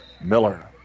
Miller